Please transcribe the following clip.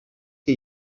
que